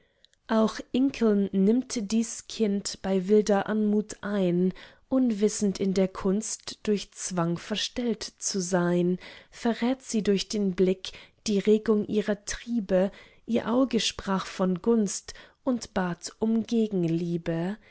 auch inklen nimmt dies kind bei wilder anmut ein unwissend in der kunst durch zwang verstellt zu sein verrät sie durch den blick die regung ihrer triebe ihr auge sprach von gunst und bat um gegenliebe die